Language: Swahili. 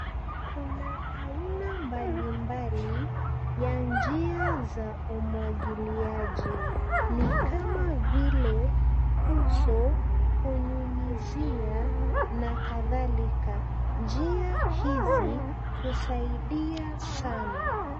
Kuna aina mbalimbali ya njia za umwagiliaji ni kama vile uso hunyunyizia na kadhalika. Njia hizi husaidia sana.